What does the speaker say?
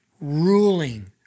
ruling